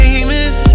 Famous